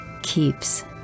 keeps